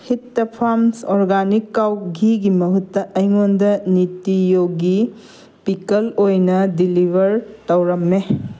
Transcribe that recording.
ꯍꯤꯠꯇꯥ farms organic ꯀꯥꯎ ꯘꯤꯒꯤ ꯃꯍꯨꯠꯇ ꯑꯩꯉꯣꯟꯗ ꯅꯤꯇꯤ ꯌꯣꯒꯤ ꯄꯤꯛꯀꯜ ꯑꯣꯏꯅ ꯗꯤꯂꯤꯕꯔ ꯇꯧꯔꯝꯃꯦ